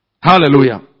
Hallelujah